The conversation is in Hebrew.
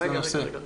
מה סדרי הגודל?